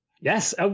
Yes